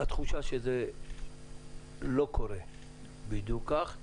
התחושה היא שזה לא קורה בדיוק כך.